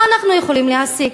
מה אנחנו יכולים להסיק?